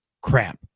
crap